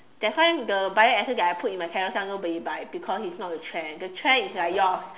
that's why the bioessence that I put in my carousell nobody buy because it's not a trend the trend is like yours